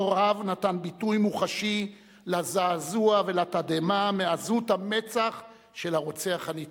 אותו רב נתן ביטוי מוחשי לזעזוע ולתדהמה מעזות המצח של הרוצח הנתעב.